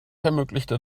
ermöglichte